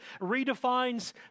redefines